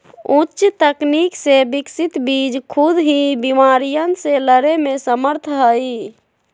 उच्च तकनीक से विकसित बीज खुद ही बिमारियन से लड़े में समर्थ हई